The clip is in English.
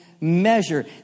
measure